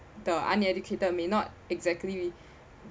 the uneducated may not exactly